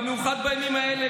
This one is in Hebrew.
במיוחד בימים האלה,